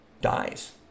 dies